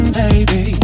baby